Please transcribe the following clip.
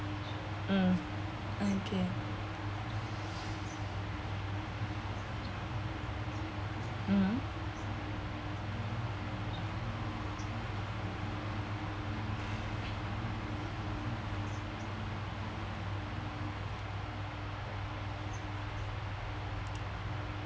um okay mmhmm